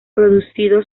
producido